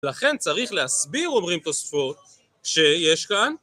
לכן צריך להסביר אומרים תוספות שיש כאן